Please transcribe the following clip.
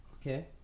Okay